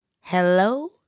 Hello